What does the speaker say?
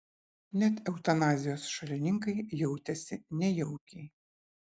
net eutanazijos šalininkai jautėsi nejaukiai